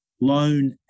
loan